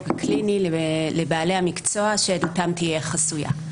הקליני לבעלי המקצוע שעדותם תהיה חסויה,